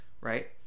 right